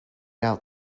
out